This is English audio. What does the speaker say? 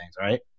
Right